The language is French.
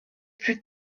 plus